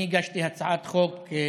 אני הגשתי הצעת חוק,